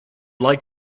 like